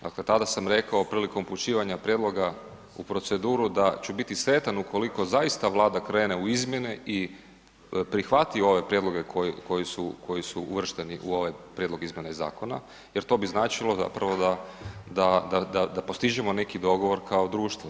Dakle, tada sam rekao prilikom upućivanja prijedloga u proceduru da ću biti sretan ukoliko zaista Vlada krene u izmjene i prihvati ove prijedloge koji su uvršteni u ovaj prijedlog izmjene zakona jer to bi značilo, prvo da postižemo neki dogovor kao društvo.